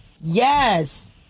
Yes